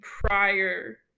prior